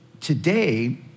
today